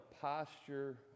posture